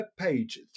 webpage